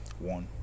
one